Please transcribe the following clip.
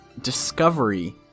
discovery